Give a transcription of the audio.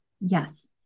Yes